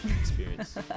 experience